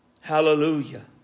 Hallelujah